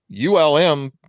ULM